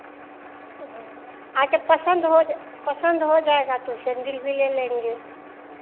हाँ अच्छा पसंद हो पसंद हो जाएगा तो सैंडिल भी ले लेंगे